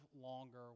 longer